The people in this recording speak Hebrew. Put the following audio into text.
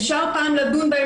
אפשר פעם לדון בהן,